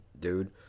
dude